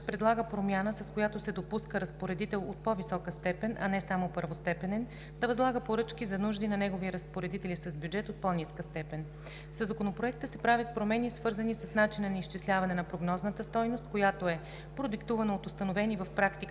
предлага промяна, с която се допуска разпоредител от по-висока степен, а не само първостепенен, да възлага поръчки за нужди на негови разпоредители с бюджет от по-ниска степен. Със Законопроекта се правят промени, свързани с начина за изчисляване на прогнозната стойност, която е продиктувана от установени в практиката